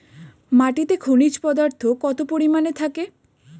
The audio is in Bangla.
মাটিতে খনিজ পদার্থ কত পরিমাণে থাকে?